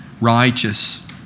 righteous